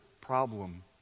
problem